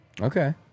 okay